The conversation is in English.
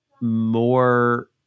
more